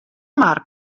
mar